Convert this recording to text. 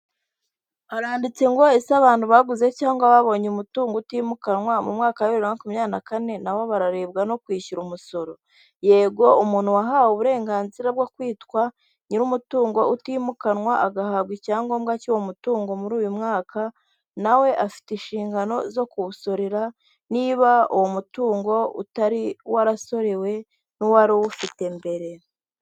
Ibi ni ibiro by'ubwishingizi ari byo twita sanilamu hano mu Rwanda iyi ni inyubako ndende rwose bakoreramo, aho ushobora kubagana bakaguha serivisi z'ubwishingizi mu gihe ugize impanuka cyangwa ukagira ikindi kibazo cyatuma ukenera inyishyu y'ibyawe byose.